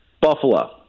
Buffalo